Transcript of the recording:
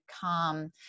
calm